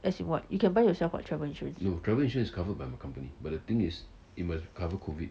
as in what you can buy yourself [what] travel insurance